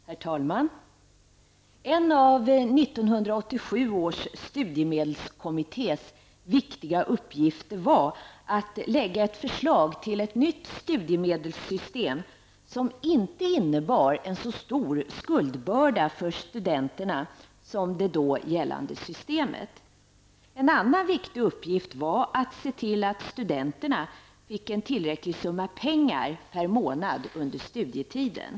Herr talman! En av 1987 års studiemedelskommittés viktiga uppgifter var att lägga fram ett förslag till ett nytt studiemedelssystem, som inte innebar en så stor skuldbörda för studenterna som det då gällande systemet gjorde. En annan viktig uppgift var att se till att studenterna fick en tillräcklig summa pengar per månad under studietiden.